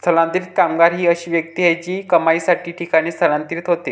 स्थलांतरित कामगार ही अशी व्यक्ती आहे जी कमाईसाठी ठिकाणी स्थलांतरित होते